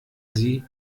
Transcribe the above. sie